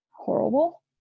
horrible